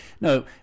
no